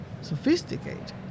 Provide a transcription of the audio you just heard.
sophisticated